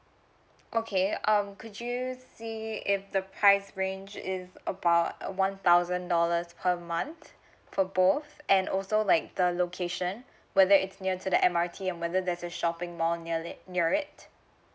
okay um could you see okay the price range is about err one thousand dollars per month for both and also like the location whether it's near to the M_R_T and whether there's a shopping mall near it near it